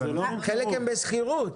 חלק הן בשכירות.